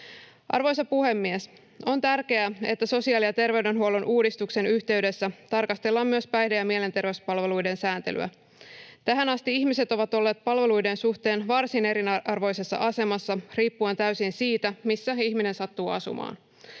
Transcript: Arvoisa puhemies! On tärkeää, että sosiaali- ja terveydenhuollon uudistuksen yhteydessä tarkastellaan myös päihde- ja mielenterveyspalveluiden sääntelyä. Tähän asti ihmiset ovat olleet palveluiden suhteen varsin eriarvoisessa asemassa riippuen täysin siitä, missä ihminen sattuu asumaan.